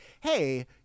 hey